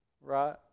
Right